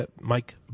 Mike